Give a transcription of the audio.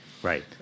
Right